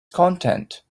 content